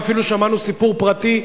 ואפילו שמענו סיפור פרטי,